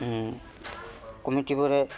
কমিটিবোৰে